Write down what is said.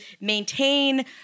maintain